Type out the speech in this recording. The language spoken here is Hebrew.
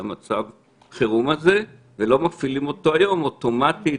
מצב החירום הזה ולא מפעילים אותו היום אוטומטית: